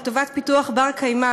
לטובת פיתוח בר-קיימא.